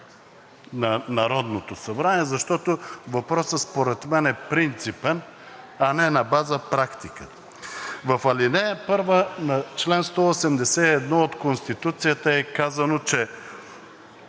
на Народното събрание, защото въпросът според мен е принципен, а не на база практика. В ал. 1 на чл. 181 от Конституцията е казано, че